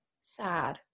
sad